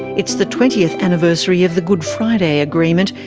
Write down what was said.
it's the twentieth anniversary of the good friday agreement,